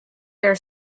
their